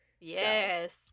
Yes